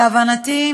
להבנתי,